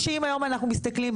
והאם זה בסדר.